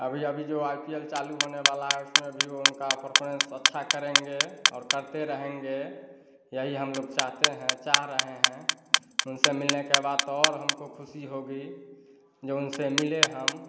अभी अभी जो आई पी एल चालू होने वाला है उसमें भी वह उनका परफॉर्मेन्स अच्छा करेंगे और करते रहेंगे यही हमलोग चाहते हैं चाह रहे हैं उनसे मिलने के बाद तो और हमको ख़ुशी होगी जो उनसे मिले हम